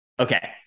okay